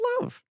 Love